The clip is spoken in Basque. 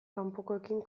kanpokoekin